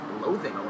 Loathing